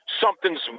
something's